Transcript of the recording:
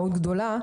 גדולה.